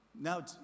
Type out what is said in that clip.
Now